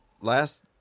last